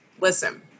Listen